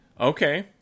Okay